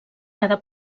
cada